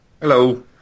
Hello